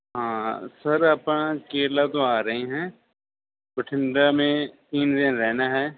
ਹਾਂ ਸਰ ਆਪਾਂ ਕੇਰਲਾ ਤੋਂ ਆ ਰਹੇ ਹੈ ਬਠਿੰਡਾ ਮੇਂ ਤਿੰਨ ਦਿਨ ਰਹਿਣਾ ਹੈ